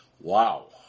Wow